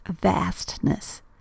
vastness